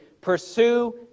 Pursue